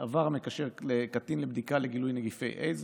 עבר המקשר קטין לבדיקה לגילוי נגיפי איידס,